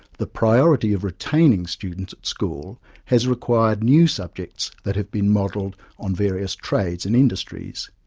the priority of retaining students at school has required new subjects that have been modelled on various trades and industries,